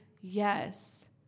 Yes